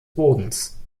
bodens